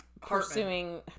...pursuing